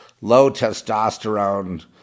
low-testosterone